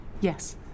Yes